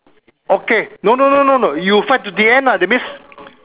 okay no no no no no you fight till the end lah that means